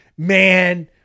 Man